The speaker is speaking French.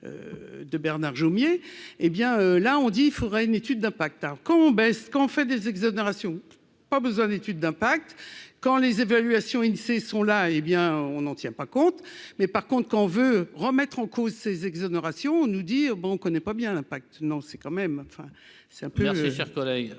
de Bernard Jomier, hé bien là, on dit : il faudrait une étude d'impact, hein, quand on baisse quand on fait des exonérations, pas besoin d'étude d'impact quand les évaluations Insee sont là, et bien on n'en tient pas compte, mais par contre qu'on veut remettre en cause ces exonérations nous dire bon connaît pas bien l'impact non c'est quand même enfin. C'est un